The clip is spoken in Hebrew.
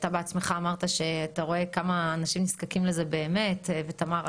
אתה בעצמך אמרת שאתה רואה כמה אנשים נזקקים לזה באמת ותמר,